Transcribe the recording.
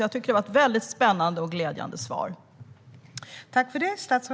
Jag tycker att detta var ett väldigt spännande och glädjande svar!